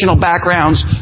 backgrounds